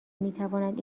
میتوانند